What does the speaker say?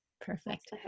Perfect